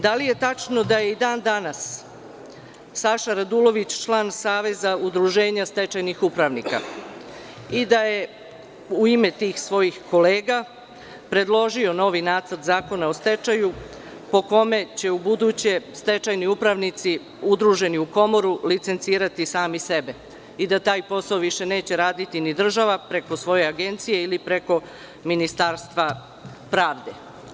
Da li je tačno da je i dan danas Saša Radulović član Saveza udruženja stečajnih upravnika i da je u ime tih svojih kolega predložio novi nacrt zakona o stečaju, po kome će ubuduće stečajni upravnici udruženi u komoru licencirati sami sebe i da taj posao više neće raditi ni država preko svoje agencije ili preko Ministarstva pravde?